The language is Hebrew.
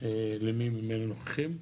למי מבין הנוכחים.